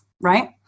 right